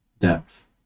depth